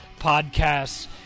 podcasts